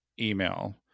email